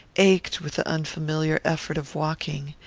ached with the unfamiliar effort of walking,